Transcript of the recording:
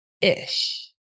ish